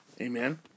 Amen